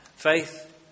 Faith